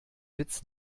witz